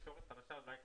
בהקשר למאמץ ההרואי שנעשה,